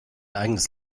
eigenes